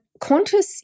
Qantas